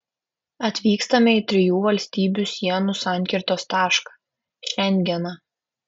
atvykstame į trijų valstybių sienų sankirtos tašką šengeną